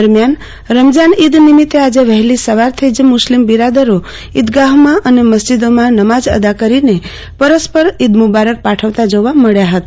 દરમિયાન રમજાન ઇદ નિમિત્તે આજે વહેલી સવારથી જ મુસ્લિમ બિરાદરો ઇદગાહોમાં અને મસ્જિદોમાં નમાજ અદા કરીને પરસ્પર ઇદમુબારક પાઠવતા જોવા મળ્યા હતા